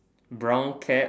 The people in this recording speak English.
brown cap